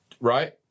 right